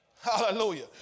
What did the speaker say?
Hallelujah